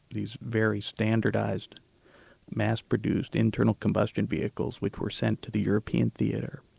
these very standardised mass-produced, internal combustion vehicles, which were sent to the european theatre